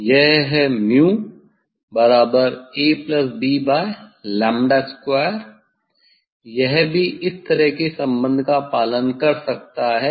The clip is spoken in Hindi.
यह है म्यू 𝛍 बराबर A plus B by lambda square यह भी इसी तरह के संबंध का पालन कर सकता है